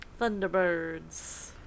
Thunderbirds